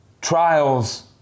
trials